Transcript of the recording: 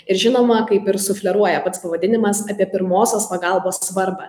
ir žinoma kaip ir sufleruoja pats pavadinimas apie pirmosios pagalbos svarbą